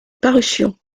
parution